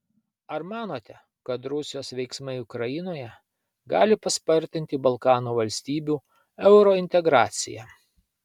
ar manote kad rusijos veiksmai ukrainoje gali paspartinti balkanų valstybių eurointegraciją